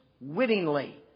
wittingly